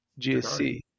GSC